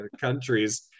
countries